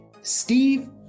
Steve